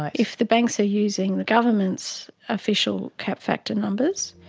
ah if the banks are using the government's official cap factor numbers,